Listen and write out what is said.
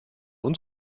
uns